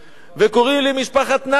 וקוראים לי משפחת נדב,